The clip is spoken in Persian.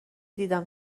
دیدم